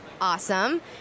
Awesome